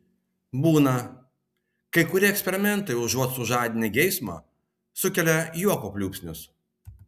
būna kai kurie eksperimentai užuot sužadinę geismą sukelia juoko pliūpsnius